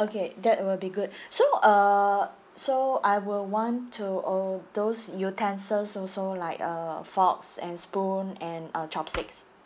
okay that will be good so uh so I will want to all those utensils also like uh forks and spoon and uh chopsticks